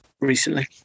recently